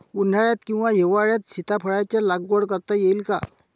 उन्हाळ्यात किंवा हिवाळ्यात सीताफळाच्या लागवड करता येईल का?